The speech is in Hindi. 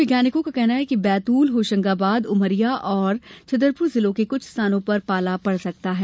वैज्ञानिकों का कहना है कि बैतूल होशंगाबाद उमरिया और छतरपुर जिलों कें कुछ स्थानों पर पाला पड़ सकता हैं